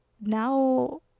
now